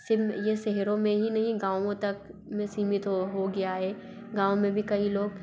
SIM ये शहरों में ही नहीं गाँवों तक में सीमित हो हो गया हे गाँव में भी कई लोग